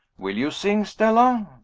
will you sing, stella?